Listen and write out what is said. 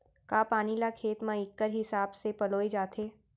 का पानी ला खेत म इक्कड़ हिसाब से पलोय जाथे?